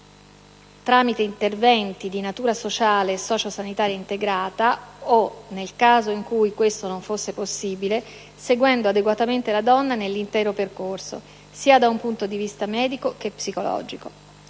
tramite interventi dì natura sociale e sociosanitaria integrata o, nel caso in cui questo non fosse possibile, seguendo adeguatamente la donna nell'intero percorso, sia da un punto di vista medico che psicologico.